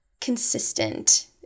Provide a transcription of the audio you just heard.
consistent